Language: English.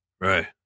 Right